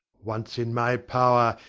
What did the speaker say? once in my power,